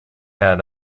had